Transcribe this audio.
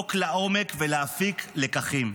לבדוק לעומק ולהפיק לקחים.